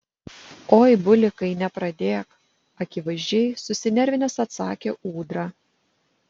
oi bulikai nepradėk akivaizdžiai susinervinęs atsakė ūdra